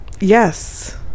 Yes